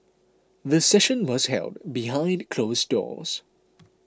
the session was held behind closed doors